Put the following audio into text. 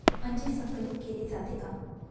अंजीर संकरित केले जाते का?